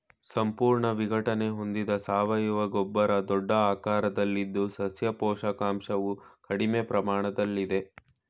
ಸಂಪೂರ್ಣ ವಿಘಟನೆ ಹೊಂದಿದ ಸಾವಯವ ಗೊಬ್ಬರ ದೊಡ್ಡ ಆಕಾರದಲ್ಲಿದ್ದು ಸಸ್ಯ ಪೋಷಕಾಂಶವು ಕಡಿಮೆ ಪ್ರಮಾಣದಲ್ಲಿದೆ